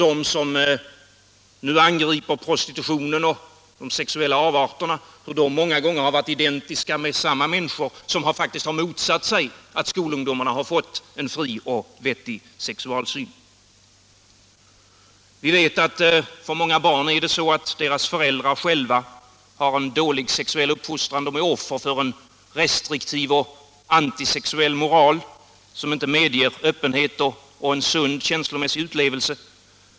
De som nu angriper prostitutionen och de sexuella avarterna är många gånger samma människor som motsatt sig att vi skall ge skolungdomarna en fri och vettig sexualsyn. För många barn gäller att också deras föräldrar har en dålig sexuell uppfostran och är offer för en restriktiv och en antisexuell moral, som inte medger öppenhet och en sund känslomässig utlevelse.